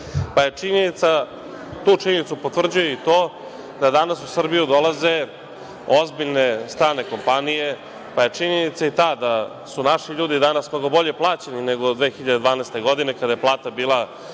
pa je činjenica, tu činjenicu potvrđuje i to da danas u Srbiju dolaze ozbiljne strane kompanije, pa je činjenica i ta su naši ljudi danas mnogo bolje plaćeni nego 2012. godine, kada je plata bila